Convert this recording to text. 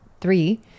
three